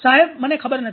સાહેબ મને ખબર નથી